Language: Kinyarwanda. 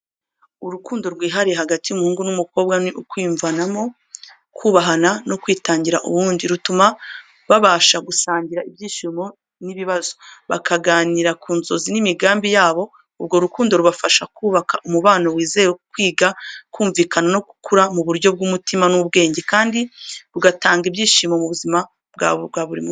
Urukundo rwihariye hagati y’umuhungu n’umukobwa ni ukwiyumvanamo, kubahana no kwitangira uwundi. Rutuma babasha gusangira ibyishimo n’ibibazo, bakaganira ku nzozi n’imigambi yabo. Urwo rukundo rubafasha kubaka umubano wizewe, kwiga kumvikana no gukura mu buryo bw’umutima n’ubwenge, kandi rugatanga ibyishimo mu buzima bwa buri munsi.